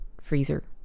freezer